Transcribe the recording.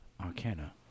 Arcana